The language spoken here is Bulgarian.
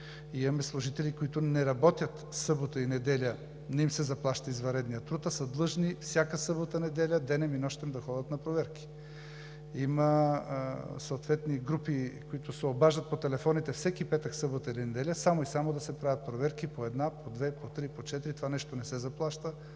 Имаме служители, на които не им се заплаща извънредният труд в събота и неделя, а са длъжни всяка събота и неделя, денем и нощем да ходят на проверки. Има съответни групи, които се обаждат по телефоните всеки петък, събота или неделя, само и само да се правят проверки – по една, по две, по три, по четири, а това нещо не се заплаща.